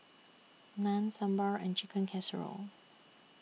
Naan Sambar and Chicken Casserole